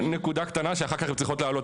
נקודה קטנה שאחר כך הן צריכות להעלות